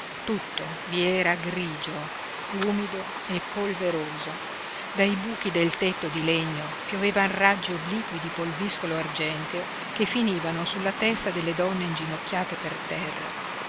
tutto vi era grigio umido e polveroso dai buchi del tetto di legno piovevan raggi obliqui di polviscolo argenteo che finivano sulla testa delle donne inginocchiate per terra